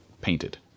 painted